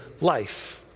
life